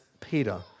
Peter